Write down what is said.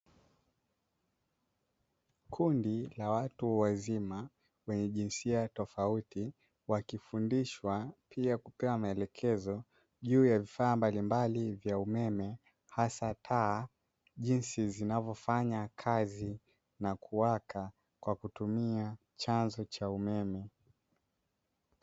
Kundi la watu wazima lenye jinsia tofauti wakifundishwa pia kupewa maelekezo juu ya vifaa mbalimbali vya umeme hasa taa jinsi zinavyofanya kazi na kuwaka kwa kutumia chanzo cha umeme.